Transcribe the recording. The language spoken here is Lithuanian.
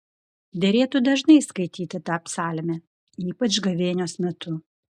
derėtų dažnai skaityti šią psalmę ypač gavėnios metu